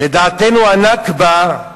לדעתנו, ה"נכבה",